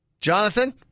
Jonathan